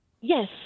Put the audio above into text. Yes